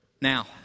Now